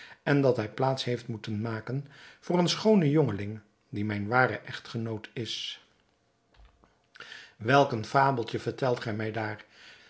en dat hij plaats heeft moeten maken voor een schoonen jongeling die mijn ware echtgenoot is welk een fabeltje vertelt gij mij daar